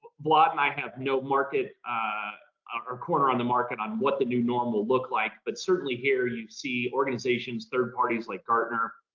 might have no market or corner on the market on what the new normal look like but certainly here you see organizations third parties like gartner,